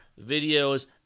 videos